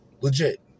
Legit